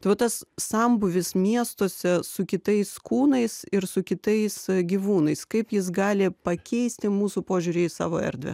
tai tas sambūvis miestuose su kitais kūnais ir su kitais gyvūnais kaip jis gali pakeisti mūsų požiūrį į savo erdvę